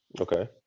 Okay